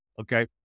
okay